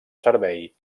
servei